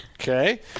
Okay